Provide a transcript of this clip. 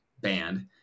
band